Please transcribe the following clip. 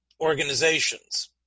organizations